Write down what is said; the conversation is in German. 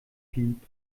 gibt